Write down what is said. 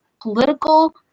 political